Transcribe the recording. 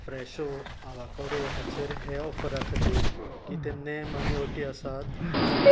फ्रॅशो avocado हाचेर हे ऑफरा खातीर कितें नेम आनी अटी आसात